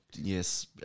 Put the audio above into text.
yes